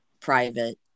private